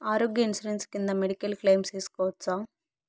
ఆరోగ్య ఇన్సూరెన్సు కింద medical claim సేసుకోవచ్చా?